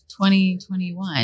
2021